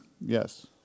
Yes